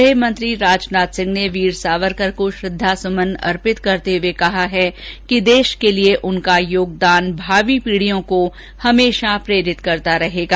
गृहमंत्री राजनाथ सिंह ने वीर सावरकर को श्रद्धा सुमन अर्पित करते हुए कहा है कि देश के लिए उनका योगदान भावी पीढियों को हमेशा प्रेरित करता रहेगा